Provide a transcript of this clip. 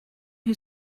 who